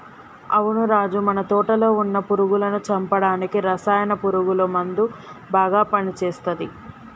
అవును రాజు మన తోటలో వున్న పురుగులను చంపడానికి రసాయన పురుగుల మందు బాగా పని చేస్తది